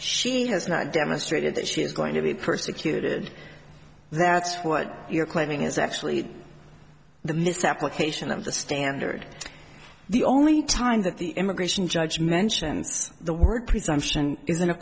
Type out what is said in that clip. she has not demonstrated that she is going to be persecuted that's what you're claiming is actually the misapplication of the standard the only time that the immigration judge mentions the word presumption is